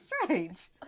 strange